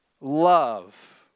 love